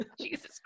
jesus